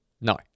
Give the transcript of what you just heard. No